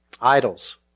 Idols